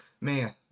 Man